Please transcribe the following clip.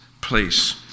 place